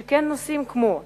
שכן נושאים כמו היסטוריה,